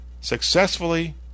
successfully